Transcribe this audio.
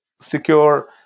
secure